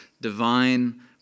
divine